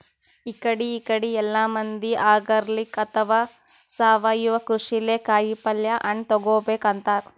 ಇಕಡಿ ಇಕಡಿ ಎಲ್ಲಾ ಮಂದಿ ಆರ್ಗಾನಿಕ್ ಅಥವಾ ಸಾವಯವ ಕೃಷಿಲೇ ಕಾಯಿಪಲ್ಯ ಹಣ್ಣ್ ತಗೋಬೇಕ್ ಅಂತಾರ್